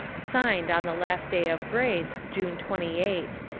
signed on the last day of grace, june twenty eight.